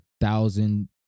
thousand